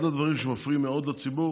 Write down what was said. אחד הדברים שמפריעים מאוד לציבור